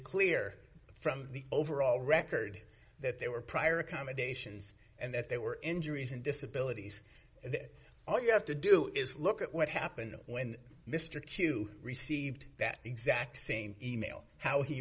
clear from the overall record that they were prior accommodations and that there were injuries and disabilities then all you have to do is look at what happened when mr q received that exact same email how he